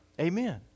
Amen